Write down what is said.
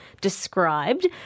described